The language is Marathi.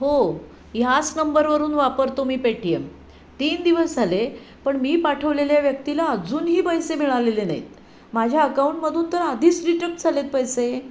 हो ह्याच नंबरवरून वापरतो मी पेटीएम तीन दिवस झाले पण मी पाठवलेल्या व्यक्तीला अजूनही पैसे मिळालेले नाहीत माझ्या अकाऊंटमधून तर आधीच रिटक झालेत पैसे